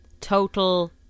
total